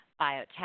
biotech